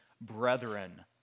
brethren